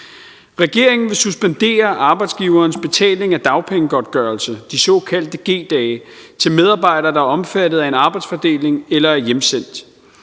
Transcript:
Regeringen vil suspendere arbejdsgiverens betaling af dagpengegodtgørelse, de såkaldte G-dage, til medarbejdere, der er omfattet af en arbejdsfordeling eller er hjemsendt.